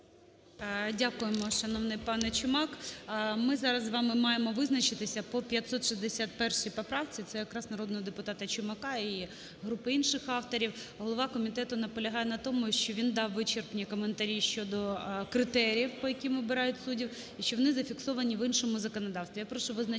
Дякуємо, шановний пане Чумак. Ми зараз з вами маємо визначитися по 561 поправці, це якраз народного депутата Чумака і групи інших авторів. Голова комітету наполягає на тому, що він дав вичерпні коментарі щодо критеріїв, по яким вибирають суддів і що вони зафіксовані в іншому законодавств.